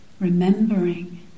remembering